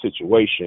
situation